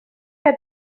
que